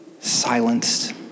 silenced